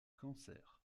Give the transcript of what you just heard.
cancer